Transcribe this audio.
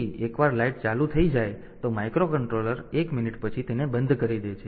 તેથી એકવાર લાઇટ ચાલુ થઈ જાય તો માઇક્રોકન્ટ્રોલર 1 મિનિટ પછી તેને બંધ કરી દે છે